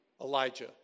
Elijah